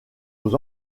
aux